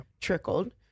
trickled